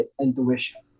intuition